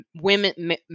women